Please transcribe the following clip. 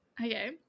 okay